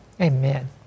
Amen